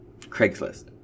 Craigslist